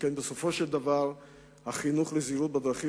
שכן בסופו של דבר החינוך לזהירות בדרכים